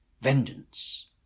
vengeance